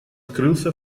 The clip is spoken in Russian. скрылся